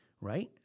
right